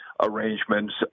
arrangements